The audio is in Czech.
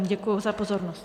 Děkuji za pozornost.